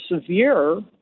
severe